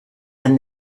and